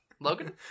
Logan